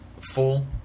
full